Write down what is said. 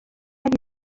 ari